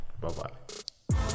bye-bye